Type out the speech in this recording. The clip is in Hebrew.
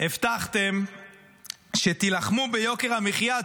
הבטחתם שתילחמו ביוקר המחיה,